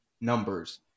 numbers